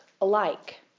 alike